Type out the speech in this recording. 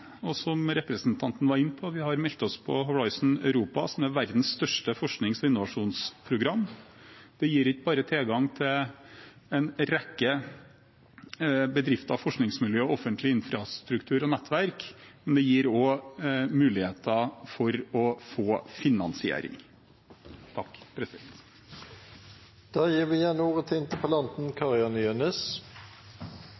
og som representanten var inne på, har vi meldt oss på Horisont Europa, som er verdens største forsknings- og innovasjonsprogram. Det gir ikke bare tilgang til en rekke bedrifter og forskningsmiljøer og offentlig infrastruktur og nettverk, men det gir også muligheter for å få finansiering. Jeg takker statsråden for innlegget. For meg framstår det fortsatt som at vi